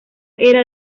era